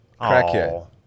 Crackhead